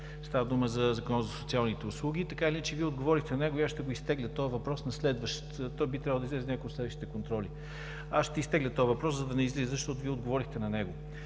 Става дума за Закона за социалните услуги. Така или иначе, Вие отговорихте на него и аз ще изтегля този въпрос – той би трябвало да излезе на някой от следващите контроли. Аз ще изтегля този въпрос, за да не излиза, защото Вие отговорихте на него.